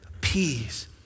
Peace